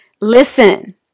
Listen